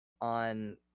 on